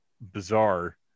bizarre